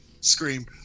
scream